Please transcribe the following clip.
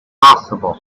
possible